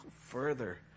further